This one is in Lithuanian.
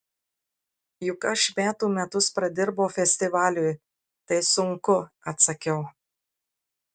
juk aš metų metus pradirbau festivaliui tai sunku atsakiau